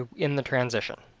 ah in the transition.